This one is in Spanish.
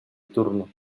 turno